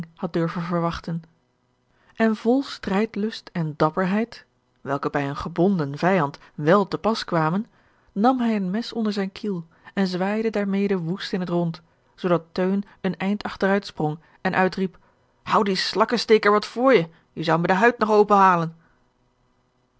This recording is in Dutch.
had durven verwachten en vol strijdlust en dapperheid welke bij een gebonden vijand wèl te pas kwamen nam hij een mes onder zijn kiel en zwaaide daarmede woest in het rond zoodat teun een eind achteruit sprong en uitriep houd dien slakkesteker wat voor je je zoudt me de huid nog